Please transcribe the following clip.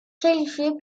qualifiées